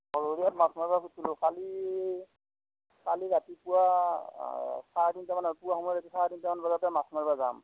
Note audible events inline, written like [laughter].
[unintelligible] মাছ মাৰিব খুজিছিলোঁ কালি কালি ৰাতিপুৱা চাৰে তিনিটামানত পুৱা সময়ত চাৰে তিনিটামান বজাতে মাছ মাৰিব যাম